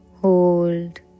Hold